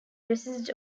resist